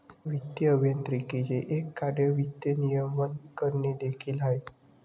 वित्तीय अभियांत्रिकीचे एक कार्य वित्त नियमन करणे देखील आहे